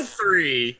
three